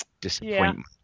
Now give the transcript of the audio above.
disappointment